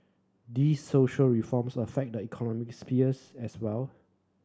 these social reforms affect the economic spheres as well